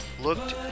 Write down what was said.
looked